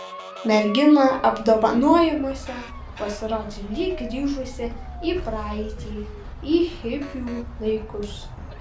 mergina apdovanojimuose pasirodė lyg grįžusi į praeitį į hipių laikus